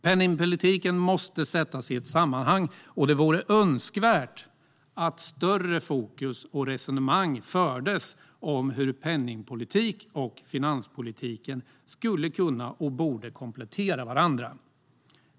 Penningpolitiken måste sättas i ett sammanhang, och det vore önskvärt att man lade större fokus på och förde ett större resonemang om hur penningpolitik och finanspolitik skulle kunna - och borde - komplettera varandra.